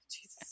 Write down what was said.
Jesus